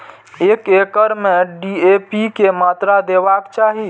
एक एकड़ में डी.ए.पी के मात्रा देबाक चाही?